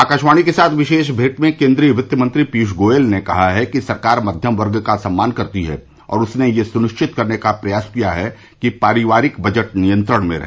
आकाशवाणी के साथ विशेष भेंट में केन्द्रीय वित्तमंत्री पीयूष गोयल ने कहा है कि सरकार मध्यम वर्ग का सम्मान करती है और उसने यह सुनिश्चित करने का प्रयास किया है कि पारिवारिक बजट नियंत्रण में रहे